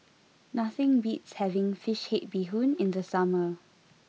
nothing beats having Fish Head Bee Hoon in the summer